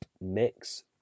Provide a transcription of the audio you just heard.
mix